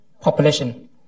population